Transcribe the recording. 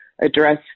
address